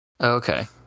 Okay